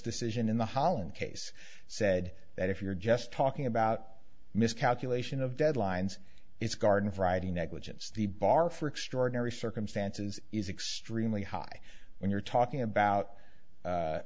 decision in the holland case said that if you're just talking about miscalculation of deadlines it's garden variety negligence the bar for extraordinary circumstances is extremely high when you're talking about